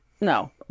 No